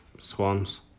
Swans